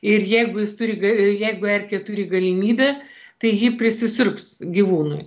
ir jeigu jis turi ga jeigu erkė turi galimybę tai ji prisisiurbs gyvūnui